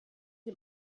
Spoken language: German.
dem